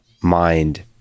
mind